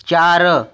चार